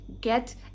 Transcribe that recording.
get